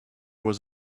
was